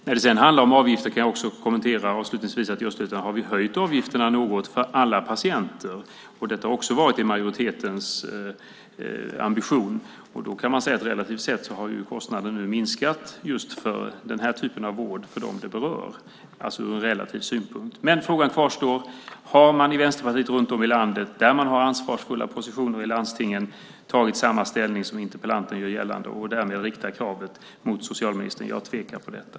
När det handlar om avgifter kan jag också avslutningsvis göra kommentaren att vi i Östergötland har höjt avgifterna något för alla patienter. Detta har också varit majoritetens ambition. Ur relativ synpunkt kan man alltså säga att kostnaden har minskat just för den här typen av vård för dem det berör. Men frågan kvarstår: Har man i Vänsterpartiet runt om i landet, där man har ansvarsfulla positioner i landstingen, tagit ställning på samma sätt som interpellanten gör och därmed riktar kravet mot socialministern? Jag tvekar om detta.